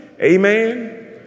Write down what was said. amen